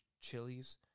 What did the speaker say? chilies